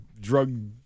drug